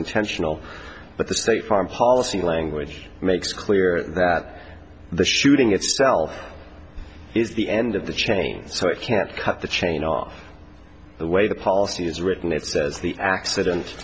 intentional but the state farm policy language makes clear that the shooting itself is the end of the chain so it can't cut the chain off the way the policy is written it says the accident